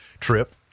trip